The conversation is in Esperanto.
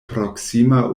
proksima